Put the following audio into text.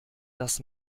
das